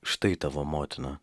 štai tavo motina